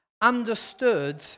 understood